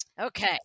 Okay